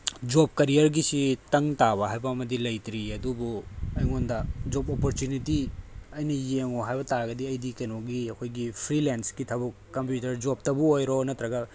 job ꯀꯦꯔꯤꯌꯔꯒꯤꯁꯤ ꯇꯪꯇꯥꯕ ꯍꯥꯏꯕ ꯑꯃꯗꯤ ꯂꯩꯇ꯭ꯔꯤ ꯑꯗꯨꯕꯨ ꯑꯩꯉꯣꯟꯗ ꯖꯣꯕ ꯑꯣꯄꯣꯔꯆꯨꯅꯤꯇꯤ ꯑꯩꯅ ꯌꯦꯡꯉꯣ ꯍꯥꯏꯕ ꯇꯥꯔꯒꯗꯤ ꯑꯩꯗꯤ ꯀꯩꯅꯣꯒꯤ ꯑꯩꯈꯣꯏꯒꯤ ꯐ꯭ꯔꯤꯂꯦꯟꯁꯀꯤ ꯊꯕꯛ ꯀꯝꯄ꯭ꯌꯨꯇꯔ ꯖꯣꯕꯇꯕꯨ ꯑꯣꯏꯔꯣ ꯅꯠꯇ꯭ꯔꯒ